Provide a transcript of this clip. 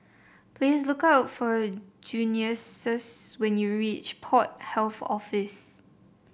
please look for when you reach Port Health Office